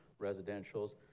residentials